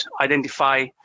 identify